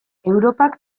europak